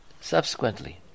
subsequently